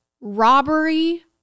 robbery